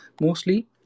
Mostly